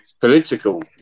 political